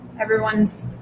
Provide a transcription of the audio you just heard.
Everyone's